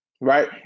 Right